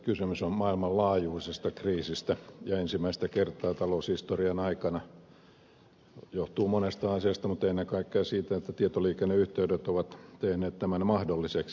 kysymys on maailmanlaajuisesta kriisistä joka johtuu monesta asiasta mutta ensimmäistä kertaa taloushistorian aikana ennen kaikkea siitä että tietoliikenneyhteydet ovat tehneet tämän mahdolliseksi